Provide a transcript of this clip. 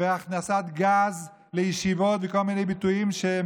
הכנסת גז לישיבות כל מיני ביטויים שהם